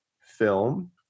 film